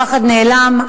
הפחד נעלם.